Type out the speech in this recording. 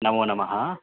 नमोनमः